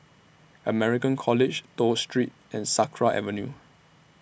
American College Toh Street and Sakra Avenue